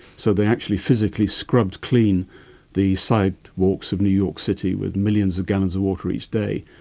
so they actually physically scrubbed clean the sidewalks of new york city with millions of gallons of water each day.